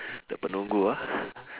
the penunggu ah